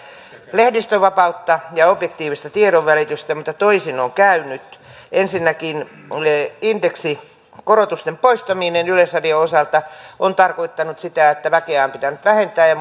lehdistönvapautta ja objektiivista tiedonvälitystä mutta toisin on käynyt ensinnäkin indeksikorotusten poistaminen yleisradion osalta on tarkoittanut sitä että väkeä on pitänyt vähentää ja